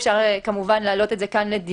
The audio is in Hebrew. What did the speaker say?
אפשר להעלות את זה לדיון,